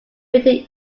britain